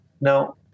Now